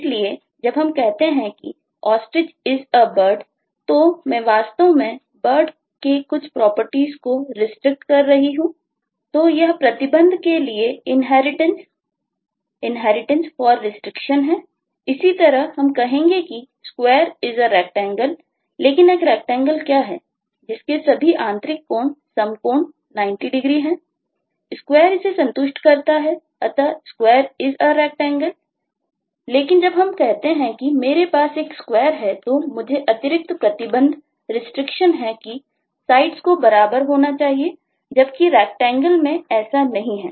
इसलिए जब हम कहते हैं कि Ostrich IS A Bird तो मैं वास्तव में Bird के कुछ प्रॉपर्टीज को बराबर होना चाहिए जबकि Rectangle के लिए ऐसा नहीं है